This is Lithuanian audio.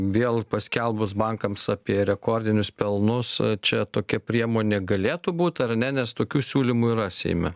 vėl paskelbus bankams apie rekordinius pelnus čia tokia priemonė galėtų būt ar ne nes tokių siūlymų yra seime